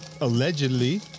allegedly